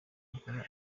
akora